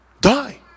Die